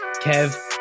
Kev